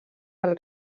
del